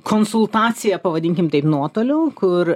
konsultaciją pavadinkim taip nuotoliu kur